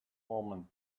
omen